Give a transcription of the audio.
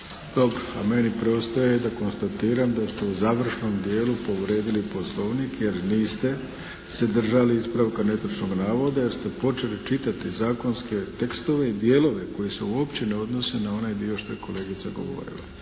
Dobro, a meni preostaje da konstatiram da ste u završnom dijelu povrijedili Poslovnik jer niste se držali ispravka netočnog navoda jer ste počeli čitati zakonske tekstove, dijelove koji se uopće ne odnose na onaj dio što je kolegica govorila.